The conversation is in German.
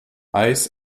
eis